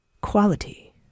quality